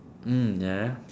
mm ya